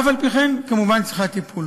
ואף-על-פי-כן, כמובן, צריכה טיפול.